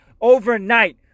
overnight